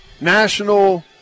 national